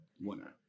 winner